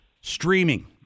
Streaming